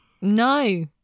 No